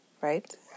Right